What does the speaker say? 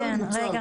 השאלה היא,